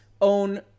own